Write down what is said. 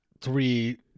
three